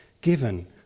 given